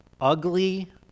Ugly